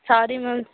sorry ma'am